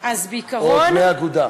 או דמי אגודה?